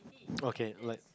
okay like